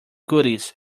goodies